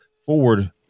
forward